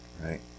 right